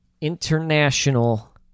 international